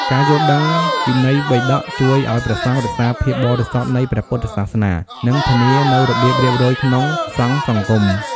ការយល់ដឹងវិន័យបិដកជួយឱ្យព្រះសង្ឃរក្សាភាពបរិសុទ្ធនៃព្រះពុទ្ធសាសនា និងធានានូវរបៀបរៀបរយក្នុងសង្ឃសង្គម។